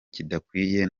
kidakwiye